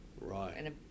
Right